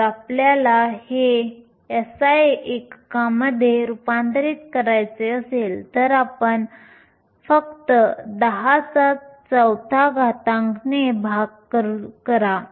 जर आपल्याला हे SI एककमध्ये रूपांतरित करायचे असेल तर आपण फक्त 104 ने भाग करा